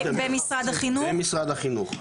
במשרד החינוך.